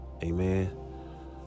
Amen